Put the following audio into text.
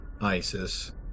Isis